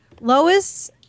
Lois